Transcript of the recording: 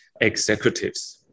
executives